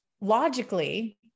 logically